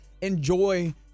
enjoy